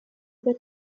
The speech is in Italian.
per